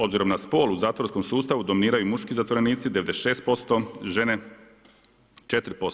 Obzirom na spol u zatvorskom sustavu dominiraju muški zatvorenici 96%, žene 4%